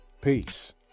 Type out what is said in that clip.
Peace